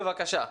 בבקשה.